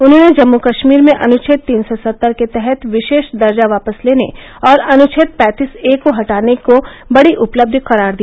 उन्होंने जम्मू कष्मीर में अनुच्छेद तीन सौ सत्तर के तहत विषेश दर्जा वापस लेने और अनुच्छेद पैंतीस ए को हटाने को बड़ी उपलब्धि करार दिया